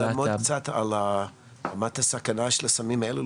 אפשר ללמוד קצת על מידת הסכנה של הסמים האלה,